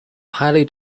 highly